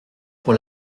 pour